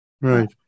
Right